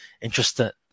interested